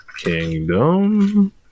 Kingdom